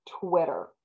Twitter